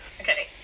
Okay